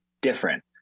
different